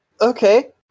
Okay